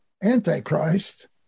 Antichrist